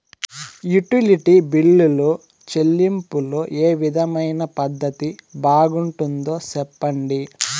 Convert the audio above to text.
Utility బిల్లులో చెల్లింపులో ఏ విధమైన పద్దతి బాగుంటుందో సెప్పండి?